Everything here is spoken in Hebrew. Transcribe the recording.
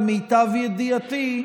למיטב ידיעתי,